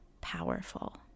powerful